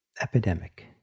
epidemic